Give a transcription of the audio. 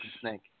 snake